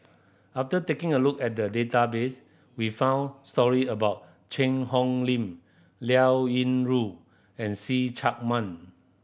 after taking a look at the database we found story about Cheang Hong Lim Liao Yingru and See Chak Mun